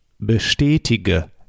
bestätige